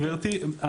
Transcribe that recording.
גברתי?